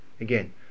again